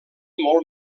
molt